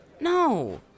No